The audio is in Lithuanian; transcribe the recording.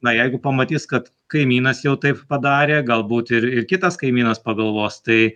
na jeigu pamatys kad kaimynas jau taip padarė galbūt ir kitas kaimynas pagalvos tai